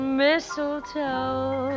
mistletoe